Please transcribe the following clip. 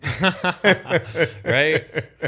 Right